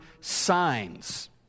signs